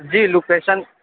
جی location